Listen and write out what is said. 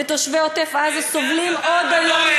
ותושבי עוטף-עזה סובלים עד היום,